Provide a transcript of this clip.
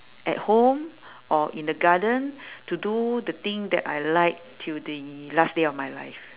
at home or in the garden to do the thing that I like till the last day of my life